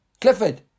Clifford